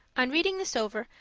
on reading this over,